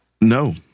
No